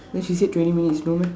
then she said twenty minutes no meh